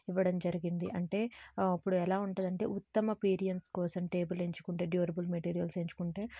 ఇవ్వడం జరిగింది అంటే అప్పుడు ఎలా ఉంటుందంటే ఉత్తమ ఎక్స్పీరియన్స్ కోసం టేబుల్ ఎంచుకుంటే డ్యూరబుల్ మెటీరియల్స్ ఎంచుకుంటే